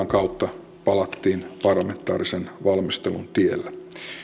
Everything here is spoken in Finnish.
kautta palattiin parlamentaarisen valmistelun tielle